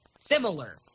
similar